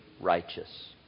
righteous